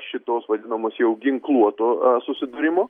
šitos vadinamos jau ginkluoto susidūrimo